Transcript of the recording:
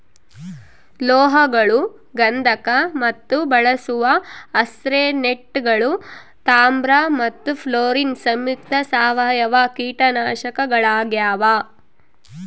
ಲೋಹಗಳು ಗಂಧಕ ಮತ್ತು ಬಳಸುವ ಆರ್ಸೆನೇಟ್ಗಳು ತಾಮ್ರ ಮತ್ತು ಫ್ಲೋರಿನ್ ಸಂಯುಕ್ತ ಸಾವಯವ ಕೀಟನಾಶಕಗಳಾಗ್ಯಾವ